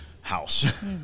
house